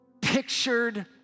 pictured